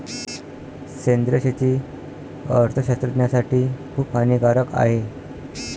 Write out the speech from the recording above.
सेंद्रिय शेती अर्थशास्त्रज्ञासाठी खूप हानिकारक आहे